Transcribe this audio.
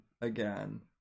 again